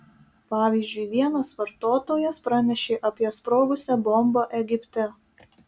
pavyzdžiui vienas vartotojas pranešė apie sprogusią bombą egipte